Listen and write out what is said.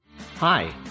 Hi